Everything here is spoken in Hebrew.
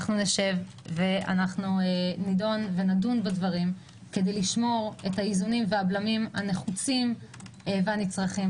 אנחנו נשב ונדון בדברים כדי לשמור את האיזונים והבלמים הנחוצים ונצרכים,